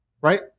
Right